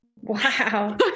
Wow